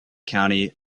county